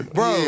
Bro